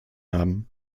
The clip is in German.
haben